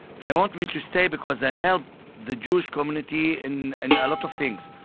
they want me to stay because i help the jewish community in and a lot of things.